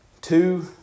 two